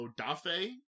Odafe